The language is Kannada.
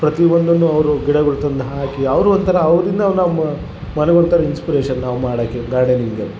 ಪ್ರತಿಯೊಂದನ್ನು ಅವರು ಗಿಡಗಳ ತಂದು ಹಾಕಿ ಅವರು ಒಂಥರ ಅವ್ರಿನ್ನ ನಮ್ಮ ಮನೆಗೆ ಒಂಥರ ಇನ್ಸ್ಪಿರೇಷನ್ ನಾವು ಮಾಡೊಕೆ ಗಾರ್ಡನಿಂಗ್